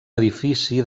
edifici